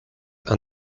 and